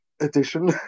edition